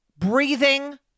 Breathing